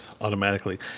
automatically